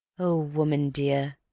oh, woman dear,